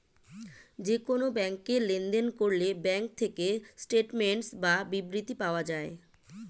যে কোন ব্যাংকে লেনদেন করলে ব্যাঙ্ক থেকে স্টেটমেন্টস বা বিবৃতি পাওয়া যায়